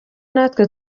natwe